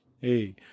Hey